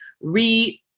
re